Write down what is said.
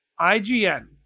IGN